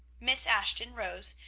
miss ashton rose,